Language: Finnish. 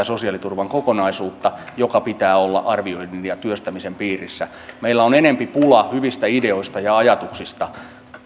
sosiaaliturvan kokonaisuutta jonka pitää olla arvioinnin ja työstämisen piirissä meillä on enempi pula hyvistä ideoista ja ajatuksista